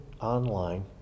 online